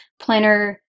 planner